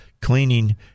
Cleaning